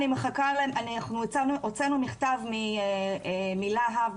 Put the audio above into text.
הוצאנו מכתב מלה"ב,